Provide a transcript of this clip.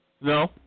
No